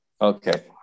Okay